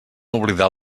oblidar